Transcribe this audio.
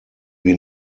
wir